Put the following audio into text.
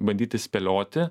bandyti spėlioti